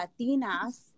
Latinas